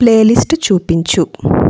playlist చూపించు